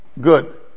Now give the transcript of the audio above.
Good